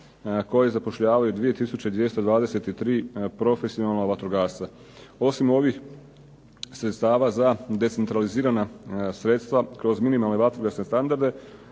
koje zapošljavaju 223 profesionalna vatrogasca. Osim ovih sredstava za decentralizirana sredstva kroz minimalne vatrogasne standarde,